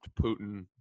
Putin